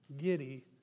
giddy